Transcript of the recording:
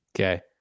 Okay